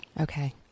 Okay